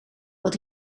wat